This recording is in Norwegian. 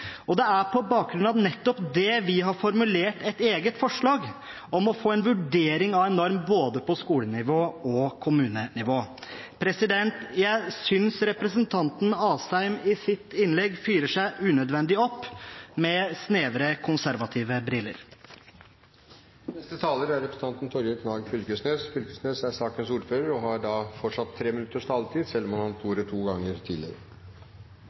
Det er på bakgrunn av nettopp det vi har formulert et eget forslag – sammen med Senterpartiet – om å få en vurdering av en norm både på skolenivå og på kommunenivå. Jeg synes representanten Asheim i sitt innlegg fyrer seg unødvendig opp, med snevre, konservative briller. Neste taler er representanten Torgeir Knag Fylkesnes. Han er ordfører for saken og har derfor fortsatt 3 minutters taletid, selv om han har hatt ordet to ganger tidligere.